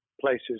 places